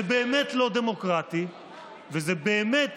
זה באמת לא דמוקרטי וזה באמת